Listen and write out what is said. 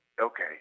Okay